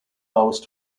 house